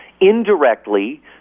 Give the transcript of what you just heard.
indirectly